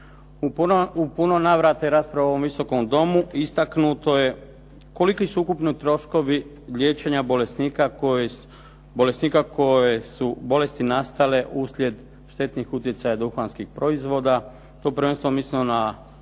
u puno navrata i rasprava u ovom Visokom domu istaknuto je koliki su ukupni troškovi liječenja bolesnika koje su bolesti nastale uslijed štetnih utjecaja duhanskih proizvoda. Tu prvenstven o mislimo na